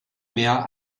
mehr